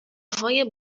های